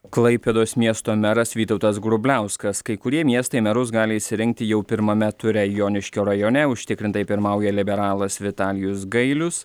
klaipėdos miesto meras vytautas grubliauskas kai kurie miestai merus gali išsirinkti jau pirmame ture joniškio rajone užtikrintai pirmauja liberalas vitalijus gailius